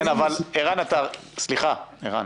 כן, אבל סליחה, ערן.